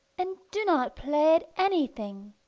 and do not play at anything.